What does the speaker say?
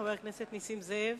חבר הכנסת נסים זאב.